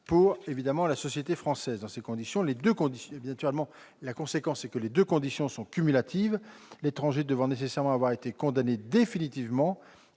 pour la société française. Les deux conditions sont cumulatives, l'étranger devant nécessairement avoir été condamné définitivement